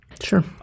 Sure